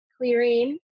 clearing